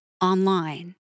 online